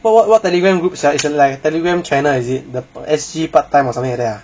what what what telegram group sia is it like telegram channel is it the S_G part time or something like that ah